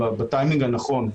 בטיימינג הנכון.